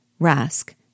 Rask